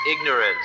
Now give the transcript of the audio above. ignorance